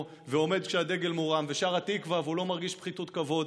ועומד כשהדגל מורם ושר התקווה והוא לא מרגיש פחיתות כבוד,